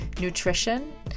nutrition